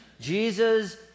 Jesus